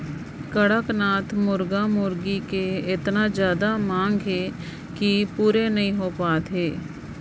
कड़कनाथ मुरगा मुरगी के एतना जादा मांग हे कि पूरे नइ हो पात हे